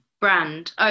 Brand